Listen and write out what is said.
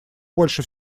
больше